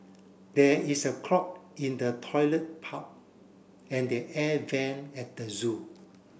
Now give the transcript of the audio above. there is a clog in the toilet and the air vent at the zoo